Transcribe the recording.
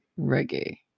reggae